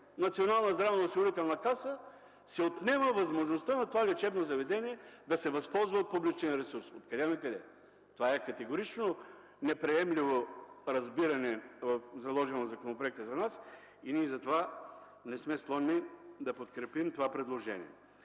Националната здравноосигурителна каса се отнема възможността на това лечебно заведение да се възползва от публичен ресурс. Откъде накъде? За нас това е категорично неприемливо разбиране, заложено в законопроекта и не сме склонни да подкрепим това предложение.